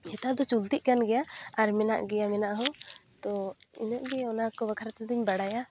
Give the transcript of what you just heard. ᱱᱮᱛᱟᱨ ᱫᱚ ᱪᱚᱞᱛᱤᱜ ᱠᱟᱱᱜᱮᱭᱟ ᱟᱨ ᱢᱮᱱᱟᱜ ᱜᱮᱭᱟ ᱢᱮᱱᱟᱜ ᱦᱚᱸ ᱛᱚ ᱤᱱᱟᱹᱜ ᱜᱮ ᱚᱱᱟ ᱠᱚ ᱵᱟᱠᱷᱨᱟ ᱛᱮᱫᱚᱧ ᱵᱟᱲᱟᱭᱟ